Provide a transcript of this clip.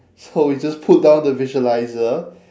so we just pulled down the visualiser